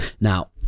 Now